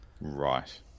Right